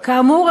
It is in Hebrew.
כאמור,